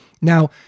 Now